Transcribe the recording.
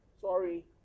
Sorry